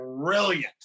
brilliant